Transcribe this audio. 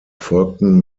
folgten